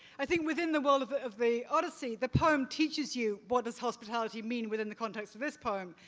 i think within the walls of ah of the odyssey, the poem teaches you what does hospitality mean within the context of this poem.